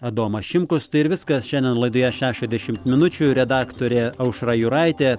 adomas šimkus tai ir viskas šiandien laidoje šešiasdešim minučių redaktorė aušra juraitė